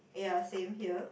ya same here